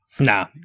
Nah